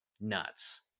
nuts